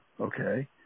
okay